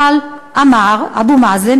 אמר אבו מאזן,